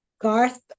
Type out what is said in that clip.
Garth